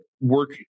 work